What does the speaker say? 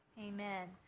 Amen